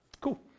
Cool